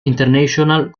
international